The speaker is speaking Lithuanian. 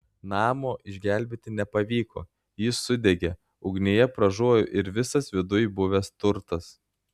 namo išgelbėti nepavyko jis sudegė ugnyje pražuvo ir visas viduj buvęs turtas